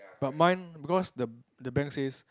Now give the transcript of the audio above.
but mine because the the bank says